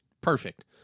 perfect